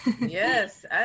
Yes